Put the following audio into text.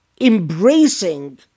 embracing